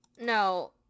no